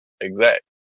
exact